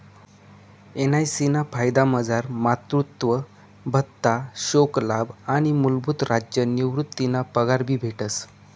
NIC ना फायदामझार मातृत्व भत्ता, शोकलाभ आणि मूलभूत राज्य निवृतीना पगार भी भेटस